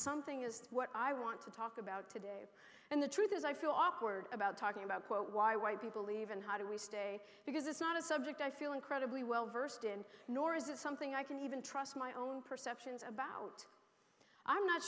something is what i want to talk about today and the truth is i feel awkward about talking about quote why white people leave and how do we stay because it's not a subject i feel incredibly well versed in nor is it something i can even trust my own perceptions about i'm not